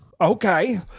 okay